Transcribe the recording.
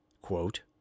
quote